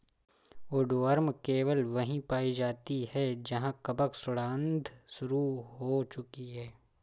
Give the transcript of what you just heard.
woodworm केवल वहीं पाई जाती है जहां कवक सड़ांध शुरू हो चुकी है